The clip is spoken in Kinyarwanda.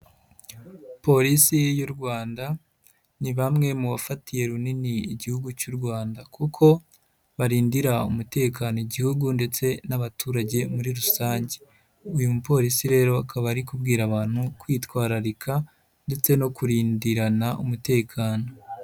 Polisi y'u Rwanda ni bamwe mu bafatiye runini Igihugu cy'u Rwanda kuko barindira umutekano Igihugu ndetse n'abaturage muri rusange, uyu mupolisi rero akaba ari kubwira abantu kwitwararika ndetse no kurindirana umutekano.